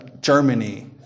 Germany